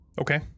Okay